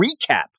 recap